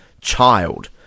child